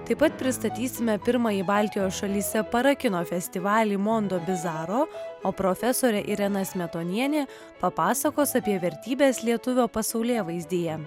taip pat pristatysime pirmąjį baltijos šalyse parakino festivalį mondobizaro o profesorė irena smetonienė papasakos apie vertybes lietuvio pasaulėvaizdyje